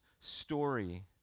story